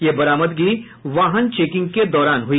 यह बरामदगी वाहन चेकिंग के दौरान हुई